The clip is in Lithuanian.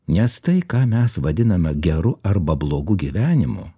nes tai ką mes vadiname geru arba blogu gyvenimu